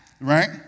right